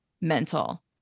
mental